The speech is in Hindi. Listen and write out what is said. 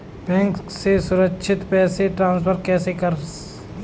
बैंक से सुरक्षित पैसे ट्रांसफर कैसे करें?